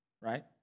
right